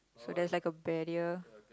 so there's like a barrier